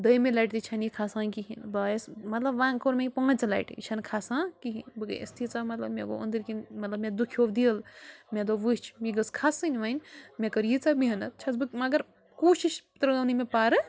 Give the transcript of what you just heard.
دوٚیِمہِ لَٹہِ تہِ چھَنہٕ یہِ کھَسان کِہیٖنٛۍ بہٕ آیس مطلب وۅنۍ کوٚر مےٚ یہِ پانٛژِ لٹہِ یہِ چھَنہٕ کھَسان کِہیٖنٛۍ بہٕ گٔیَس تیٖژ مطلب مےٚ گوٚو أنٛدرۍ کِنۍ مطلب مےٚ دُکھیو دِل مےٚ دوٚپ وُچھ یہِ گٔژھ کھسٕنۍ وۅنۍ مےٚ کٔر یٖژاہ محنت چھَس بہٕ مگر کوٗشِش ترٛٲو نہٕ مےٚ پَرٕ